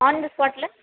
on the ஸ்பாட்டில்